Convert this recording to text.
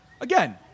again